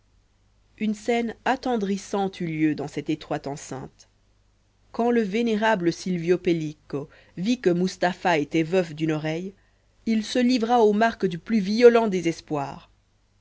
une scène attendrissante eut lieu dans cette étroite enceinte quand le vénérable silvio pellico vit que mustapha était veuf d'une oreille il se livra aux marques du plus violent désespoir